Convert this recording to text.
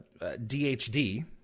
dhd